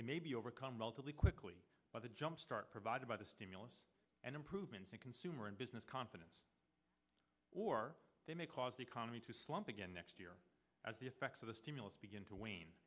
they may be overcome relatively quickly by the jumpstart provided by the stimulus and improvements in consumer and business confidence or they may cause the economy to slump again next year at the effects of the stimulus begin to wane